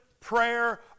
prayer